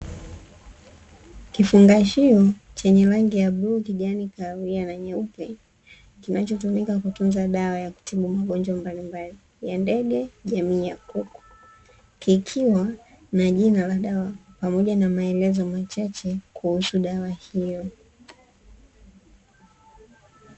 Kifungashio chenye rangi ya bluu, kijani, kahawia na nyeupe. Kinachotumika kutunza dawa za magonjwa mbalimbali ya ndege jamii ya kuku, kikiwa na jina la dawa pamoja na maelezo machache kuhusu dawa hiyo.